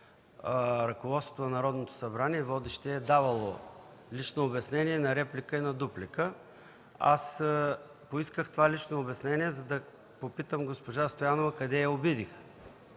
ръководството на Народното събрание, водещият е давал лично обяснение на реплика и на дуплика. Поисках това лично обяснение, за да попитам госпожа Стоянова къде я обидих.